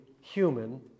human